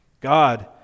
God